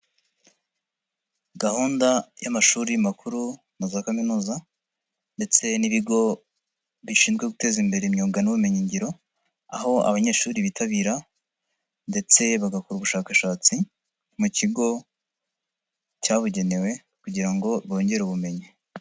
Gahunda y'amashuri makuru na za kaminuza ndetse n'ibigo bishinzwe guteza imbere imyuga n'ubumenyingiro aho abanyeshuri bitabira ndetse bagakora ubushakashatsi mu kigo cyabugenewe kugira ngo bongere ubumenyi.